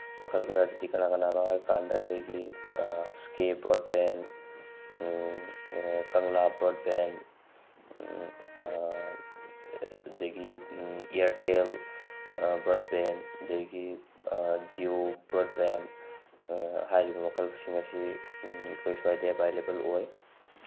ꯃꯈꯜ ꯈꯔꯗꯨꯗꯤ ꯀꯅꯥ ꯀꯅꯥꯅꯣ ꯍꯥꯏꯀꯥꯟꯗ ꯑꯩꯈꯣꯏꯒꯤ ꯏꯁꯀꯦ ꯕ꯭ꯔꯣꯠꯕꯦꯟ ꯀꯪꯂꯥ ꯕ꯭ꯔꯣꯠꯕꯦꯟ ꯑꯗꯒꯤ ꯏꯌꯥꯔꯇꯦꯜ ꯕ꯭ꯔꯣꯠꯕꯦꯟ ꯑꯗꯒꯤ ꯖꯤꯌꯣ ꯕ꯭ꯔꯣꯠꯕꯦꯟ ꯍꯥꯏꯔꯤꯕ ꯃꯈꯜꯁꯤꯡ ꯑꯁꯤ ꯑꯩꯈꯣꯏ ꯁ꯭ꯋꯥꯏꯗ ꯑꯦꯚꯥꯏꯂꯦꯕꯜ ꯑꯣꯏ